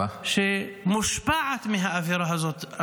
שמושפעת מהאווירה הזאת.